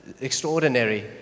extraordinary